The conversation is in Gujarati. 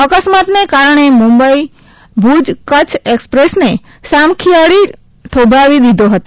અકસ્માતના કારણે મુંબઇ ભુજ કચ્છ એક્સપ્રેસને સામખીયાળી થોભાવી દીધો હતો